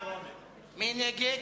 משרד לביטחון פנים,